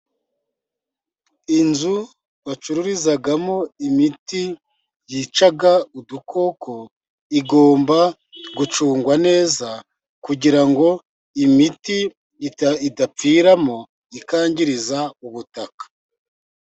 Inzu bacururizamo imiti yica udukoko igomba gucungwa neza, kugira ngo imiti idapfiramo ikangiriza ubutaka.